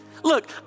Look